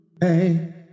Hey